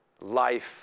life